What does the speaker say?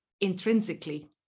intrinsically